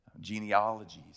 genealogies